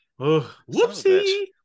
Whoopsie